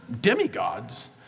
demigods